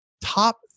top